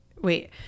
Wait